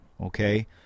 okay